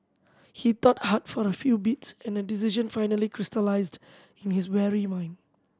he thought hard for a few beats and a decision finally crystallised in his weary mind